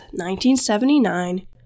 1979